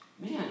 man